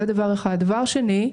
דבר שני.